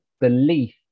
belief